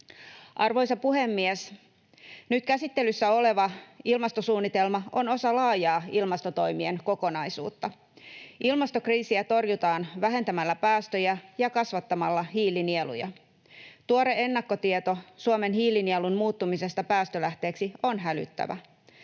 Arvoisa puhemies! Nyt käsittelyssä oleva ilmastosuunnitelma on osa laajaa ilmastotoimien kokonaisuutta. Ilmastokriisiä torjutaan vähentämällä päästöjä ja kasvattamalla hiilinieluja. Tuore ennakkotieto Suomen hiilinielun muuttumisesta päästölähteeksi on hälyttävä.